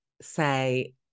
say